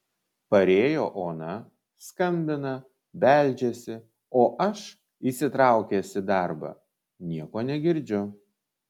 parėjo ona skambina beldžiasi o aš įsitraukęs į darbą nieko negirdžiu